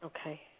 Okay